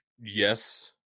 yes